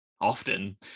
often